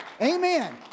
Amen